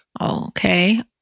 okay